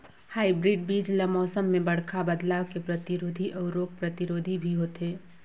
hybrid बीज ल मौसम में बड़खा बदलाव के प्रतिरोधी अऊ रोग प्रतिरोधी भी होथे